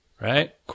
Right